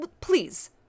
please